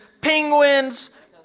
penguins